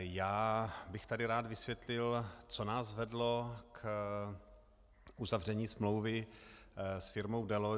Já bych tady rád vysvětlil, co nás vedlo k uzavření smlouvy s firmou Deloitte.